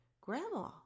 grandma